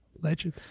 legend